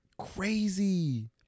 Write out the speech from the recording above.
Crazy